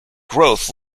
growth